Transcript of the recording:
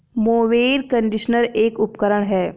mower conditioner एक उपकरण है